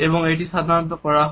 এবং এটি সাধারণত করা হয়